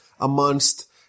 amongst